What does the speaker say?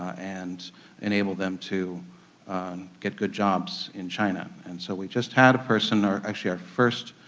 and enable them to get good jobs in china. and so we just had a person or actually our first